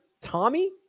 Tommy